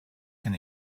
can